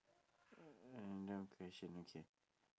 random question okay